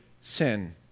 sin